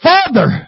Father